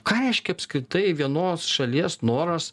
ką reiškia apskritai vienos šalies noras